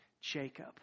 Jacob